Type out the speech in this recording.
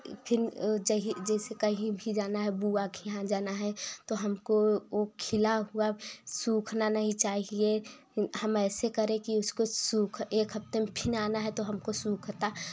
फिर जहीं जैसे कहीं भी जाना है बुआ के यहाँ जाना है तो हमको खिला हुआ सूखना नहीं चाहिए हम ऐसे करें कि उसको सूख एक हफ़्ते में फिन आना है तो उ सूखता